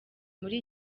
muri